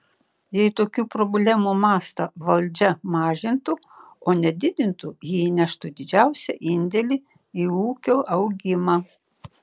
jei tokių problemų mastą valdžia mažintų o ne didintų ji įneštų didžiausią indėlį į ūkio augimą